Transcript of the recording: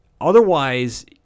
Otherwise